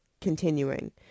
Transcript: continuing